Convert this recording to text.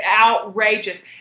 outrageous